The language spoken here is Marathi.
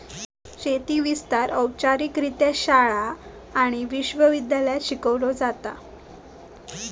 शेती विस्तार औपचारिकरित्या शाळा आणि विश्व विद्यालयांत शिकवलो जाता